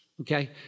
okay